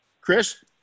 Chris